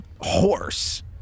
horse